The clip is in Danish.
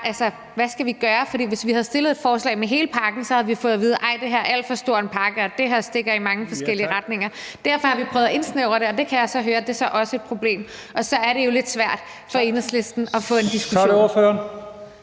hvad skal vi gøre? Hvis vi havde fremsat et forslag med hele pakken, så havde vi fået at vide, at det var alt for stor en pakke, og at det stak i mange forskellige retninger (Første næstformand (Leif Lahn Jensen): Ja tak!). Derfor har vi prøvet at indsnævre det, og det kan jeg så høre også er et problem, og så er det jo lidt svært for Enhedslisten at få en diskussion. Kl.